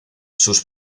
sus